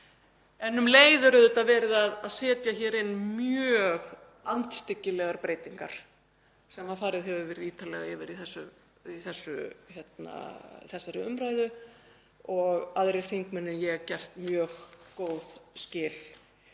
En um leið er verið að setja hér inn mjög andstyggilegar breytingar sem farið hefur verið ítarlega yfir í þessari umræðu og aðrir þingmenn en ég hafa gert mjög góð skil.